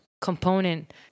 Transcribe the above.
component